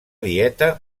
dieta